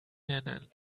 nennen